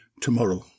tomorrow